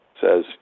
says